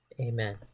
Amen